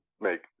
make